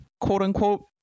quote-unquote